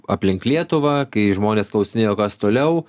aplink lietuvą kai žmonės klausinėjo kas toliau